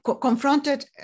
confronted